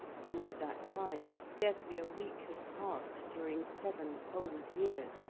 since that time, scarcely a week has passed during seven whole years,